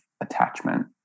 attachment